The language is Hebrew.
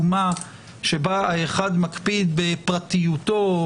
אומה שבה האחד מקפיד בפרטיותו,